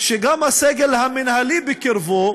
שגם הסגל המינהלי בקרבו